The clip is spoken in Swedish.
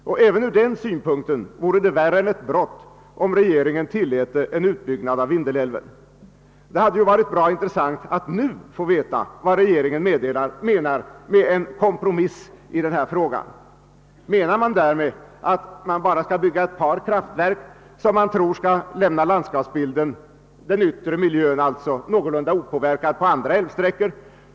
Även ur den synpunkten vore det värre än ett brott om regeringen tilläte en utbyggnad av Vindelälven. Det hade varit intressant att nu få veta vad regeringen avser med en kompromiss i denna fråga. Tänker man sig att bygga bara ett par kraftverk som man tror skall lämna den yttre miljön någorlunda opåverkad på andra älvsträckor?